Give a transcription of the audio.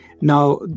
Now